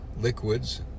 liquids